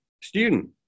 student